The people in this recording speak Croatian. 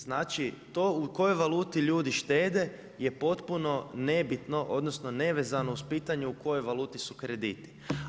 Znači, to u kojoj valutu ljudi štete je potpuno nebitno, odnosno nevezano uz pitanje u kojoj valuti su krediti.